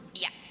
yeah.